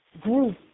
group